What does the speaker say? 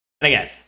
again